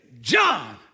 John